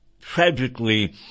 tragically